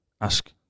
ask